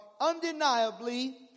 undeniably